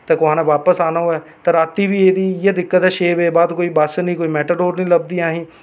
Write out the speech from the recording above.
ते कुसै ने बापस औना होऐ ते रातीं बी जेह्ड़ी इ'यै दिक्कत ऐ छे बज्जे दे बाद कोई बस्स निं कोई मैटाडोर निं लभदी असेंगी